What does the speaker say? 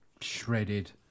shredded